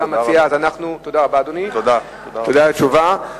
תודה על התשובה.